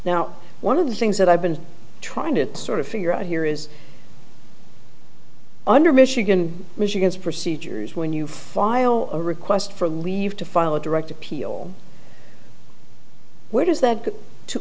now one of the things that i've been trying to sort of figure out here is under michigan michigan's procedures when you file a request for leave to file a direct appeal where does that